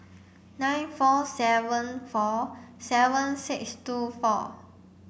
nine four seven four seven six two four